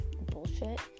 bullshit